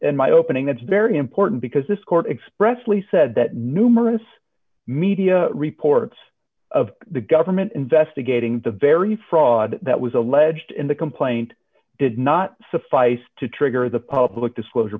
in my opening that's very important because this court expressly said that numerous media reports of the gun permit investigating the very fraud that was alleged in the complaint did not suffice to trigger the public disclosure